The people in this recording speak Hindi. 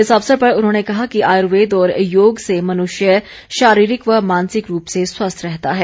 इस अवसर पर उन्होंने कहा कि आर्युवेद और योग से मनुष्य शारीरिक व मानसिक रूप से स्वस्थ रहता है